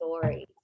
stories